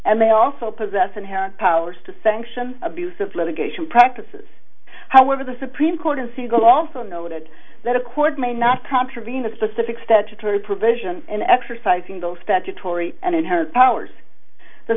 and they also possess inherent powers to sanction abusive litigation practices however the supreme court in sego also noted that accord may not contravene a specific statutory provision in exercising those statutory and inherent powers the